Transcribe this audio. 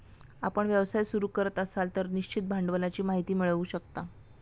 आपण व्यवसाय सुरू करत असाल तर निश्चित भांडवलाची माहिती मिळवू शकता